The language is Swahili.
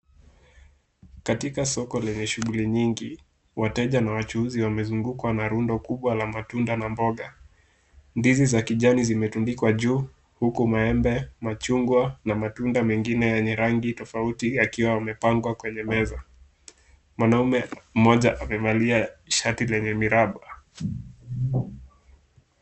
Katika soko lenye shughuli nyingi wateja na wachuuzi wamezungukwa na rundo kubwa la matunda na mboga. Ndizi za kijani zimetundikwa juu huku members, machungwa na matunda mengine yenye rangi tofauti yakiwa yamepangwa kwenye meza. Mwamamume mmoja amevalia shati lenye miraba.